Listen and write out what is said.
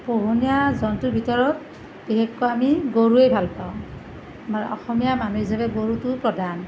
পোহনীয়া জন্তুৰ ভিতৰত বিশেষকৈ আমি গৰুৱেই ভাল পাওঁ আমাৰ অসমীয়া মানুহ হিচাপে গৰুটোৱেই প্ৰধান